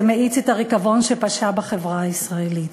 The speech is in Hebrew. זה מאיץ את הריקבון שפשה בחברה הישראלית.